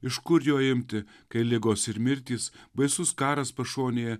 iš kurio imti kai ligos ir mirtys baisus karas pašonėje